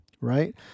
Right